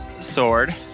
sword